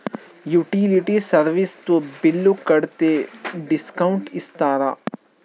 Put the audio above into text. Utility service తో bill కడితే discount ఇస్తరా?